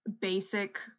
basic